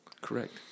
Correct